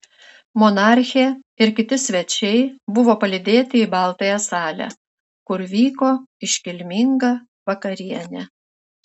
monarchė ir kiti svečiai buvo palydėti į baltąją salę kur vyko iškilminga vakarienė